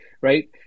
right